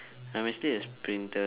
I'm actually a sprinter